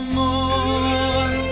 more